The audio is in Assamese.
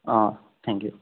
অঁ থেংক ইউ